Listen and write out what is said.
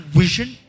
vision